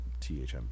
THMB